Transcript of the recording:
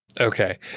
okay